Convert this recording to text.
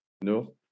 No